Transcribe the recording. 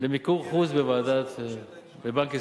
מיקור חוץ בבנק ישראל,